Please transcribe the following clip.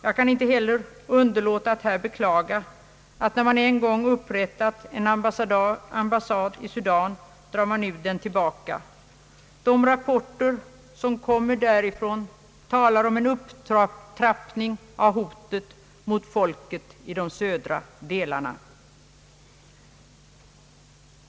Jag kan vidare inte underlåta att beklaga att man, när man en gång upprättat en ambassad i Sudan, nu drar den tillbaka. De rapporter som nu kommer därifrån talar om en upptrapp ning av hotet mot folket i de södra delarna.